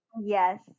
Yes